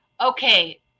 Okay